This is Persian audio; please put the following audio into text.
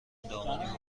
دامنی